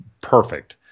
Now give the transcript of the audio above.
perfect